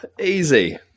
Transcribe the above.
easy